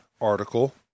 article